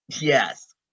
yes